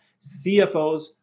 CFOs